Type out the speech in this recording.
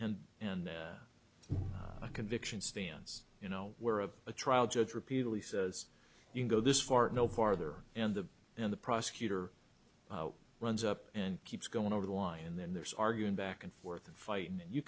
and and a conviction stands you know where of a trial judge repeatedly says you go this far no farther and the and the prosecutor runs up and keeps going over the line and then there's arguing back and forth and fighting and you